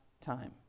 time